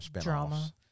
Drama